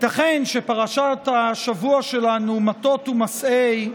ייתכן שפרשת השבוע שלנו, מטות-מסעי,